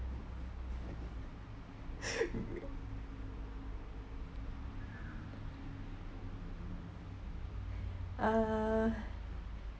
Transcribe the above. uh